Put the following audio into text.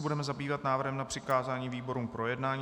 Budeme se zabývat návrhem na přikázání výborům k projednání.